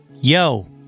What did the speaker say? yo